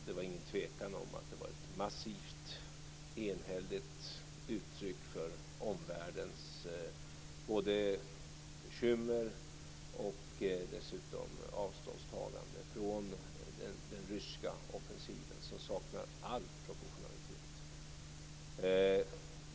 Det var ingen tvekan om att det var ett massivt enhälligt uttryck för omvärldens bekymmer och avståndstagande från den ryska offensiven, som saknar all proportionalitet.